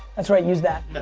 that's right, use that.